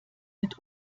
mit